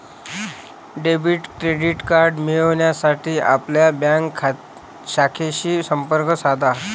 debit credit card मिळविण्यासाठी आपल्या bank शाखेशी संपर्क साधा